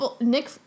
Nick